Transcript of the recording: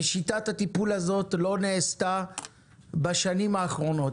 שיטת הטיפול הזאת לא נעשתה בשנים האחרונות.